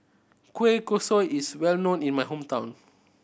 kueh kosui is well known in my hometown